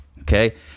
okay